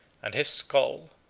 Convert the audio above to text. and his skull,